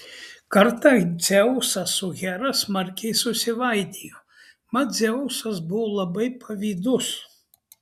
kartą dzeusas su hera smarkiai susivaidijo mat dzeusas buvo labai pavydus